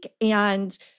And-